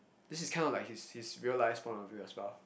this is kind of like his his real life point of view as well